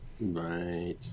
Right